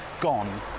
gone